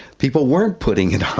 people weren't putting it on,